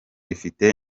ifite